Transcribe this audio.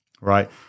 Right